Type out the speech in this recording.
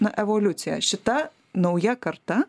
na evoliucija šita nauja karta